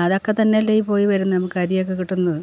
അതൊക്കെത്തന്നെയല്ലേ ഈ പോയിവരുന്നത് നമുക്ക് അരിയൊക്കെ കിട്ടുന്നത്